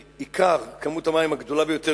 כמות המים הגדולה ביותר,